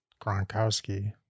Gronkowski